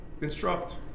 instruct